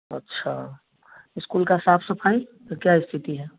अच्छा इस्कूल की साफ़ सफ़ाई तो क्या स्थिति है